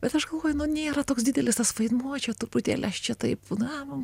bet aš galvoju nu nėra toks didelis tas vaidmuo čia truputėlį aš čia taip na man